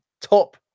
Top